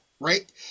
Right